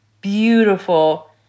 beautiful